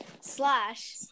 slash